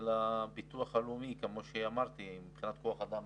לביטוח הלאומי כמו שאמרתי, מבחינת כוח אדם.